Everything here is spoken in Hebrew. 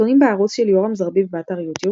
סרטונים בערוץ של יורם זרביב, באתר יוטיוב